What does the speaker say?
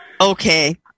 Okay